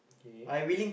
okay